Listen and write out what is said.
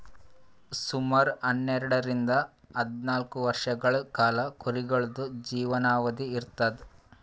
ಸುಮಾರ್ ಹನ್ನೆರಡರಿಂದ್ ಹದ್ನಾಲ್ಕ್ ವರ್ಷಗಳ್ ಕಾಲಾ ಕುರಿಗಳ್ದು ಜೀವನಾವಧಿ ಇರ್ತದ್